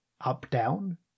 up-down